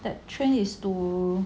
the train is to